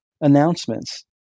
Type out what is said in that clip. announcements